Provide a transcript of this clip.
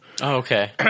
Okay